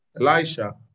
Elisha